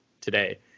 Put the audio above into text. today